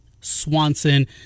Swanson